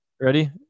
Ready